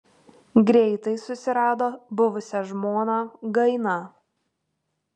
greitai susirado buvusią žmoną gainą